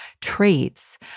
traits